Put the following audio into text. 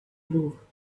louvre